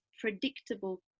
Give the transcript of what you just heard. predictable